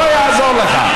לא יעזור לך.